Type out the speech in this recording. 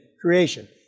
creation